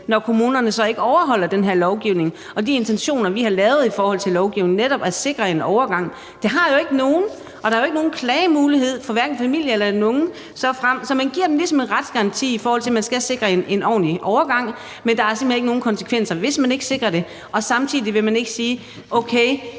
når kommunerne så ikke overholder den her lovgivning, hvor de intentioner, vi har i forhold til lovgivningen, netop er at sikre en overgang? Der er jo ikke nogen, og der er ikke nogen klagemulighed for hverken familierne eller andre. Så man giver dem ligesom en retsgaranti, i forhold til at man skal sikre en ordentlig overgang, men der er simpelt hen ikke nogen konsekvenser, hvis man ikke sikrer det, og samtidig vil man ikke sige: Okay,